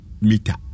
Mita